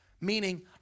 Meaning